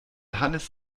hannes